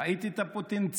ראיתי את הפוטנציאל